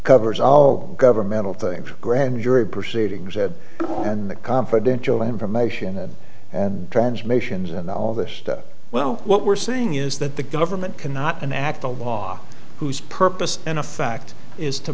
covers all governmental things grand jury proceedings ed and the confidential information and transmissions and all this well what we're saying is that the government cannot enact the law whose purpose in effect is to